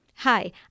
Hi